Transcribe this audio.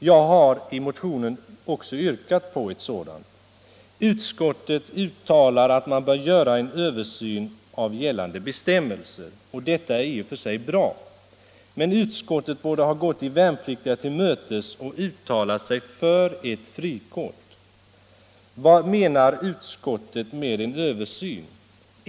Jag har i motionen också yrkat på ett sådant. Utskottet uttalar att man bör göra en översyn av gällande bestämmelser. Detta är i och för sig bra. Men utskottet borde ha gått de värnpliktiga till mötes och uttalat sig för ett ”frikort”. Vad menar utskottet med en översyn?